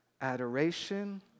adoration